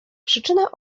przyczyna